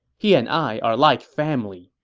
he and i are like family,